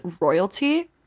royalty